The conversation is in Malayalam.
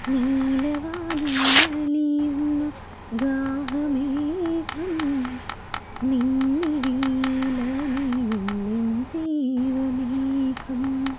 നീലവാനിലലിയുന്നു ഗാഹ മേഘം നിൻ മിഴിയിലലിയുന്നെൻ ജീവ മേഘം